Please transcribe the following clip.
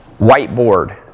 whiteboard